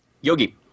Yogi